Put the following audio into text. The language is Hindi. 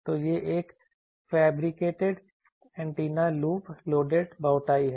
तो यह एक fabricated antenna loop loaded bowtie है